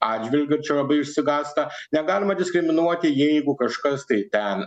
atžvilgiu čia labai išsigąsta negalima diskriminuoti jeigu kažkas tai ten